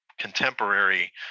contemporary